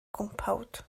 gwmpawd